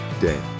day